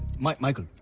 michael.